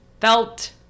felt